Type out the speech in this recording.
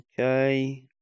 Okay